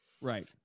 Right